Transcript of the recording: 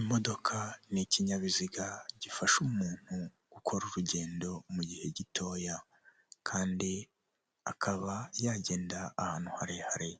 Imodoka ni ikinyabiziga gifasha umuntu gukora urugendo mu gihe gitoya, kandi akaba yagenda ahantu harehare.